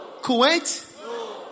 Kuwait